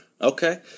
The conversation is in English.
Okay